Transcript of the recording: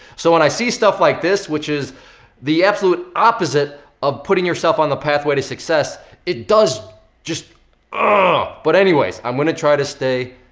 so when i see stuff like this, which is the absolute opposite of putting yourself on the pathway to success it does just uuuuhhhh. ah but anyways, i'm gonna try to stay,